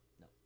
no